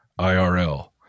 IRL